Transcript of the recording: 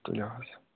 تُلِو حظ